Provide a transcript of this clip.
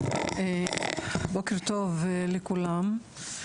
בוקר טוב לכולם.